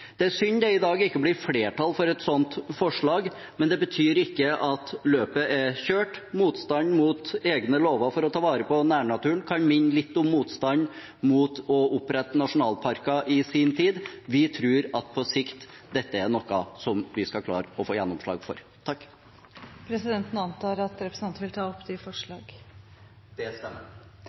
Det er synd at det ikke blir flertall for et slikt forslag i dag, men det betyr ikke at løpet er kjørt. Motstanden mot egne lover for å ta vare på nærnaturen kan minne litt om motstanden mot å opprette nasjonalparker i sin tid. Vi tror at dette på sikt er noe vi skal klare å få gjennomslag for. Tone Wilhelmsen Trøen hadde her gjeninntatt presidentplassen. Presidenten antar at representanten vil ta opp forslag? Det stemmer.